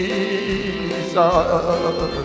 Jesus